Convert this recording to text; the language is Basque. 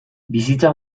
bizitza